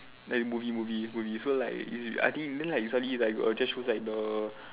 like movie movie movie so like I think then like suddenly like got show like the